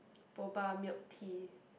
Boba milk tea